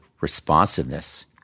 responsiveness